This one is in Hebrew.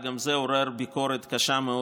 וגם זה עורר ביקורת ציבורית קשה מאוד.